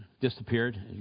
disappeared